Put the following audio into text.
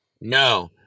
No